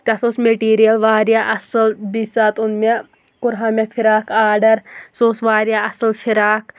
تَتھ اوس میٹیٖریَل واریاہ اَصٕل بیٚیہِ ساتہٕ اوٚن مےٚ کوٚرہے مےٚ فِراکھ آرڈَر سُہ اوس واریاہ اَصٕل فِراکھ